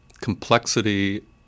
complexity